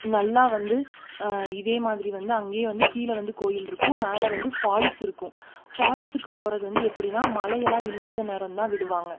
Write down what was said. நல்லா வந்து இதேமாதிரி வந்து அங்கேயே வந்து கீழே வந்து கோயில் இருக்கும் மேலே வந்து ஃபால்ஸ் இருக்கும் ஃபால்ஸ்ஸுக்கு போவது வந்து எப்படினா மழையெல்லாம் இல்லாத நேரம்தான் விடுவாங்க